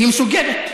היא מסוגלת.